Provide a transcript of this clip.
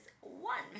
one